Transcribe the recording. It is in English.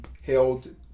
held